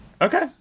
Okay